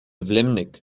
vlaeminck